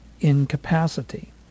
incapacity